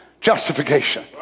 Justification